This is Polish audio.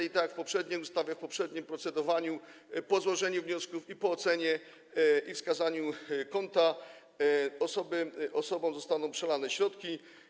I tak jak w poprzedniej ustawie, w poprzednim procedowaniu, po złożeniu wniosków i po ocenie, i wskazaniu konta osobom zostaną przelane środki.